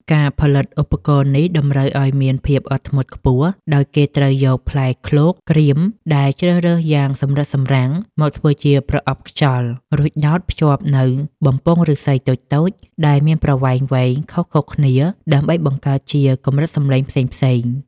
ការផលិតឧបករណ៍នេះតម្រូវឲ្យមានភាពអត់ធ្មត់ខ្ពស់ ដោយគេត្រូវយកផ្លែឃ្លោកក្រៀមដែលជ្រើសរើសយ៉ាងសម្រិតសម្រាំងមកធ្វើជាប្រអប់ខ្យល់ រួចដោតភ្ជាប់នូវបំពង់ឫស្សីតូចៗដែលមានប្រវែងខុសៗគ្នា ដើម្បីបង្កើតជាកម្រិតសម្លេងផ្សេងៗ។